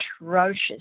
atrocious